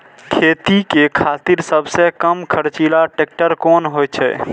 खेती के खातिर सबसे कम खर्चीला ट्रेक्टर कोन होई छै?